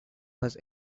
was